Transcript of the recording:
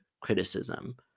criticism